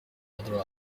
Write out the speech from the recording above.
other